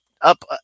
up